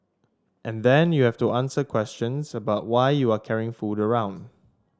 and then you have to answer questions about why you are carrying food around